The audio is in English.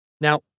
Now